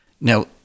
Now